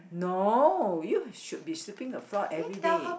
no you should be sweeping the floor everyday